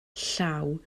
llaw